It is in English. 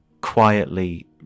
quietly